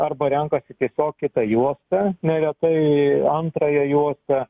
arba renkasi tiesiog kitą juostą neretai antrąją juostą